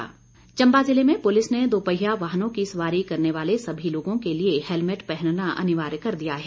दोपहिया वाहन चम्बा ज़िले में पुलिस ने दोपहिया वाहनों की सवारी करने वाले सभी लोगों के लिए हैलमेट पहनना अनिवार्य कर दिया है